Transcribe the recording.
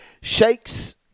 Shakes